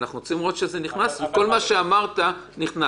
אנחנו רוצים לראות שכל מה שאמרת נכנס.